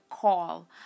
call